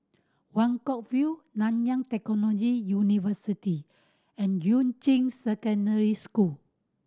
Buangkok View Nanyang Technological University and Yuan Ching Secondary School